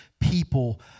people